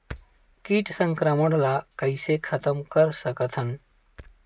कीट संक्रमण ला कइसे खतम कर सकथन?